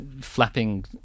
Flapping